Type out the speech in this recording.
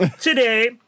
Today